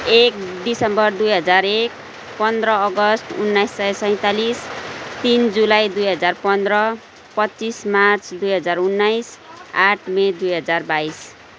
एक दिसम्बर दुई हजार एक पन्ध्र अगस्त उन्नाइस सय सैँतालिस तिन जुलाई दुई हजार पन्ध्र पच्चिस मार्च दुई हजार उन्नाइस आठ मे दुई हजार बाइस